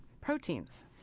proteins